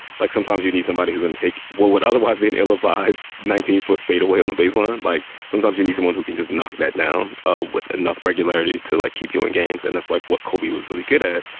like sometimes you need somebody who's going to take what would otherwise be an ill-advised nineteen foot fadeaway on the baseline. like sometimes you need someone who can just knock that down ah with enough regularity to like keep you in games. and that's like what kobe was really good at.